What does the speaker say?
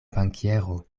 bankiero